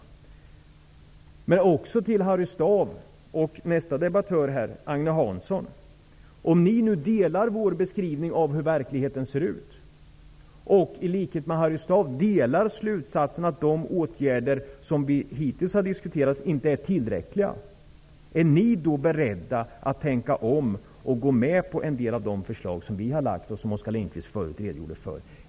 Jag vill också säga till Harry Staaf och till näste debattör på talarlistan, Agne Hansson: Om ni instämmer i vår beskrivning av hur verkligheten ser ut och i likhet med Harry Staaf drar slutsatsen att de åtgärder som vi hittills har diskuterat inte är tillräckliga, är ni då beredda att tänka om och gå med på en del av de förslag som vi har lagt fram och som Oskar Lindkvist förut redogjort för?